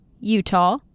Utah